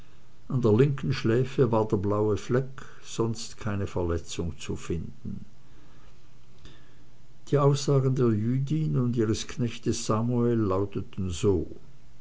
an der linken schläfe war der blaue fleck sonst keine verletzung zu finden die aussagen der jüdin und ihres knechtes samuel lauteten so